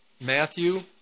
Matthew